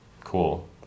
cool